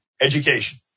education